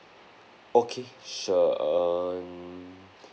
okay sure um